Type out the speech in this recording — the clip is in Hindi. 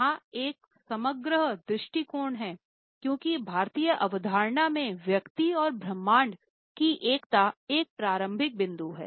यहां एक समग्र दृष्टिकोण है क्योंकि भारतीय अवधारणा में व्यक्ति और ब्रह्मांड की एकता एक प्रारंभिक बिंदु है